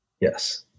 Yes